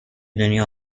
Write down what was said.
دنیا